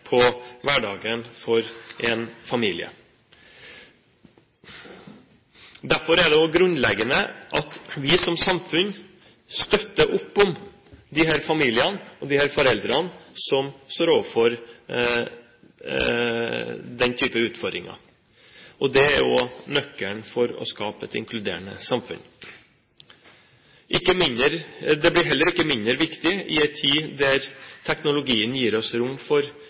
på hverdagen for en familie. Derfor er det også grunnleggende at vi som samfunn støtter opp om de familiene og de foreldrene som står overfor den type utfordringer. Det er nøkkelen til å skape et inkluderende samfunn. Det blir heller ikke mindre viktig i en tid der teknologien gir oss rom for